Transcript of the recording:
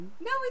No